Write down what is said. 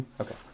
Okay